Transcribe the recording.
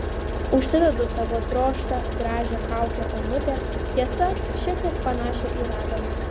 užsidedu savo drožtą gražią kaukę onutę tiesa šiek tiek panašią į raganą